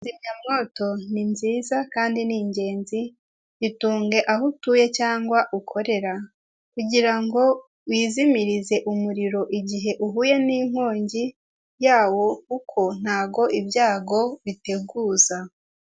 Kizimya moto ni nziza kandi ni ingenzi, yitunge aho utuye cyangwa ukorera kugira ngo wizimirize umuriro igihe uhuye n'inkongi yawo kuko ntago ibyago biteguza.